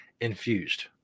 infused